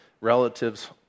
relatives